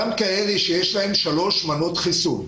גם כאלה שיש להם שלוש מנות חיסון.